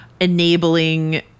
enabling